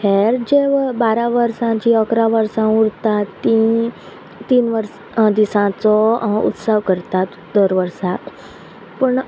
हेर जे बारा वर्सां जी अकरा वर्सां उरता तीं तीन वर्स दिसांचो उत्सव करतात दर वर्सा पूण